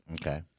Okay